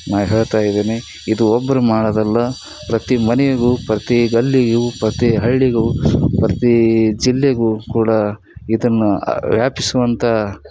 ನಾನು ಹೇಳ್ತಾ ಇದ್ದೀನಿ ಇದು ಒಬ್ಬರು ಮಾಡೋದಲ್ಲ ಪ್ರತಿ ಮನೇಗೂ ಪ್ರತಿ ಗಲ್ಲಿಗೂ ಪ್ರತಿ ಹಳ್ಳಿಗೂ ಪ್ರತಿ ಜಿಲ್ಲೆಗೂ ಕೂಡ ಇದನ್ನು ವ್ಯಾಪಿಸುವಂಥ